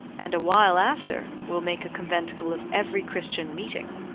and a while after will make a conventicle of every christian meeting.